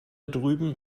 drüben